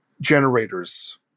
generators